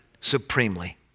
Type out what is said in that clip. supremely